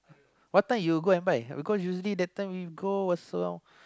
what time you go and buy because usually that time you go was around